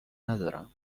ندارم